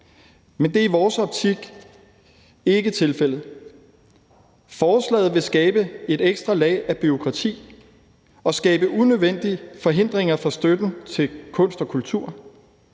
men det er i vores optik ikke tilfældet. Forslaget vil skabe et ekstra lag af bureaukrati og skabe unødvendige forhindringer for støtten til kunst og kultur.